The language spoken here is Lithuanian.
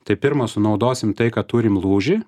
tai pirma sunaudosim tai kad turim lūžį